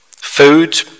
Food